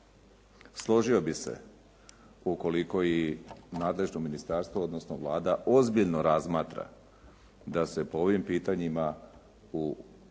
složio bih se ukoliko i nadležno ministarstvo, odnosno Vlada ozbiljno razmatra da se po ovim pitanjima u